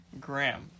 Graham